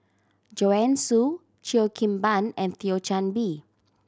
Joanne Soo Cheo Kim Ban and Thio Chan Bee